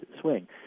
swing